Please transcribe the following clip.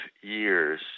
years